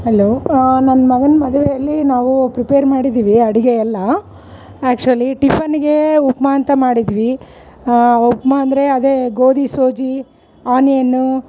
hello ನನ್ನ ಮಗನ ಮದುವೆಯಲ್ಲಿ ನಾವೂ ಪ್ರಿಪೇರ್ ಮಾಡಿದೀವಿ ಅಡಿಗೆ ಎಲ್ಲ ಆ್ಯಕ್ಶ್ವಲಿ ಟಿಫನ್ಗೇ ಉಪ್ಮಾ ಅಂತ ಮಾಡಿದ್ವಿ ಉಪ್ಮಾ ಅಂದರೆ ಅದೇ ಗೋಧಿಸೊಜಿ ಆನಿಯನ್ನು